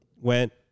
went